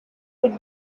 would